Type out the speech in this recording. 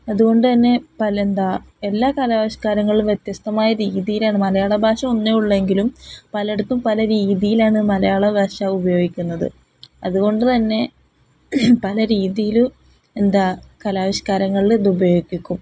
അതുകൊണ്ടുതന്നെ പല എന്താണ് എല്ലാ കലാവിഷ്കാരങ്ങളിലും വ്യത്യസ്തമായ രീതിയിലാണ് മലയാള ഭാഷ ഒന്നേ ഉള്ളെങ്കിലും പലയിടത്തും പല രീതിയിലാണ് മലയാള ഭാഷ ഉപയോഗിക്കുന്നത് അതുകൊണ്ടുതന്നെ പല രീതിയില് എന്താണ് കലാവിഷ്കാരങ്ങളില് ഇത് ഉപയോഗിക്കും